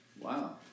Wow